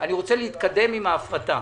אני רוצה להתקדם עם ההפרטה.